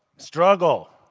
struggle.